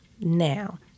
Now